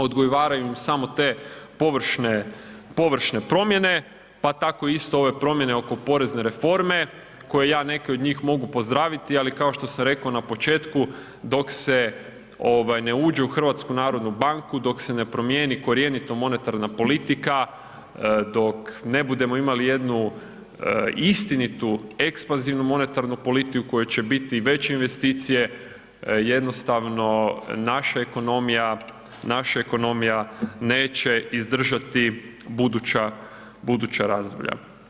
Odgovaraju im samo te površne, površne promjene, pa tako isto ove promjene oko porezne reforme koje ja neke od njih mogu pozdraviti, ali kao što sam rekao na početku dok se ovaj ne uđe u HNB dok se ne promijeni korjenito monetarna politika, dok ne budemo imali jednu istinitu, ekspanzivnu monetarnu politiku u kojoj će biti veće investicije, jednostavno naša ekonomija, naša ekonomija neće izdržati buduća razdoblja.